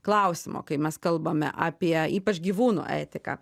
klausimo kai mes kalbame apie ypač gyvūnų etiką